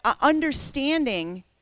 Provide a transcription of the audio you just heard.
understanding